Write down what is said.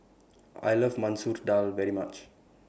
I like Masoor Dal very much